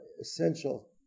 essential